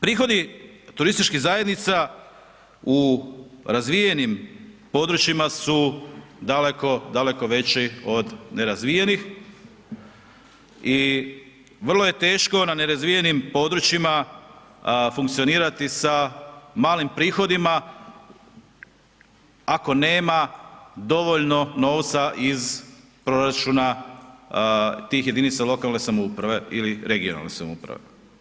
Prihodi turističkih zajednica u razvijenim područjima su daleko, daleko veći od nerazvijenih i vrlo je teško na nerazvijenim područjima funkcionirati sa malim prihodima ako nema dovoljno novca iz proračuna tih jedinica lokalne samouprave ili regionalne samouprave.